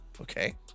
Okay